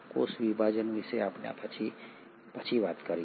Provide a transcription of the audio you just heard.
કોષ વિભાજન વિશે આપણે પછી વાત કરીશું